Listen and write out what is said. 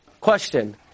Question